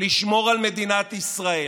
לשמור על מדינת ישראל.